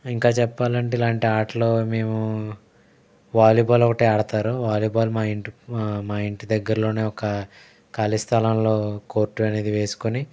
ఇంకా చెప్పాలంటే ఇలాంటి ఆటలు మేము వాలీబాల్ ఒకటే ఆడతారు వాలీబాల్ మా ఇంటికి మా ఇంటి దగ్గరలోనే ఒక ఖాళీ స్థలంలో కోర్టు అనేది వేసుకొని